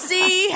See